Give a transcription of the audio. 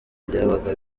byabaga